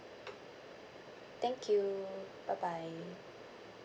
thank you bye bye